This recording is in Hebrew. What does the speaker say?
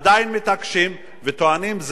ועדיין מתעקשים וטוענים,